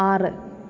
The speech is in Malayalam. ആറ്